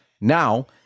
Now